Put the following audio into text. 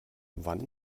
wann